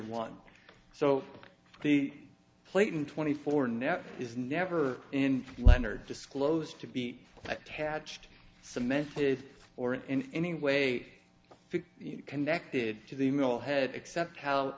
one so the plate in twenty four now is never in leonard disclosed to be attached cemented or in any way connected to the mill head except how